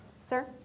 Sir